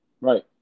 Right